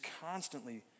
constantly